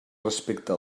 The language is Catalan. respecte